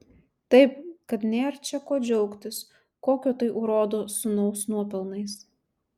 taip kad nėr čia ko džiaugtis kokio tai urodo sūnaus nuopelnais